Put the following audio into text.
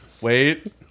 Wait